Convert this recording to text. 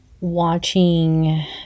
watching